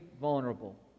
vulnerable